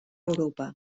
europa